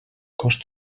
cost